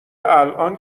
الان